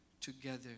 together